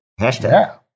hashtag